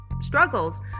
struggles